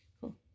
Cool